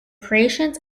creations